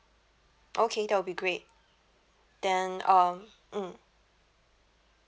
okay that will be great then um mm